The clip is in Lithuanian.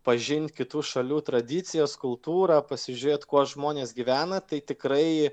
pažint kitų šalių tradicijas kultūrą pasižiūrėt kuo žmonės gyvena tai tikrai